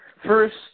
First